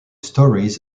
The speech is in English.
stories